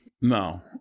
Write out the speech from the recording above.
No